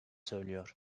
söylüyor